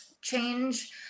change